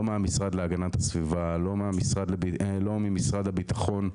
לא מהמשרד להגנת הסביבה, לא ממשרד הביטחון,